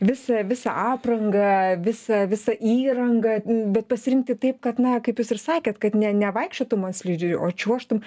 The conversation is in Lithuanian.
visą visą aprangą visą visą įrangą bet pasirinkti taip kad na kaip jūs ir sakėt kad ne nevaikščiotum ant slidžių o čiuožtum